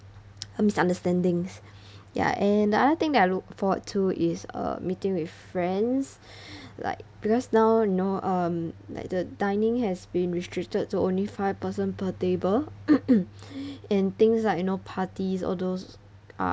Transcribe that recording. uh misunderstandings ya and the other thing that I look forward to is uh meeting with friends like because now know um like the dining has been restricted to only five person per table and things like you know parties all those are